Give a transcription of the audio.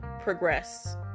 progress